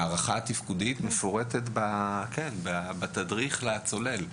הערכה התפקודית מפורטת בתדריך לצולל.